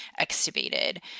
extubated